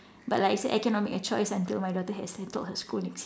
but like it's an economic choice until my daughter has her school next year